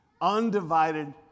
undivided